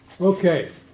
Okay